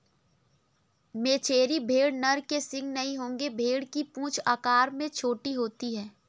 मेचेरी भेड़ नर के सींग नहीं होंगे भेड़ की पूंछ आकार में छोटी होती है